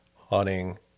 Hunting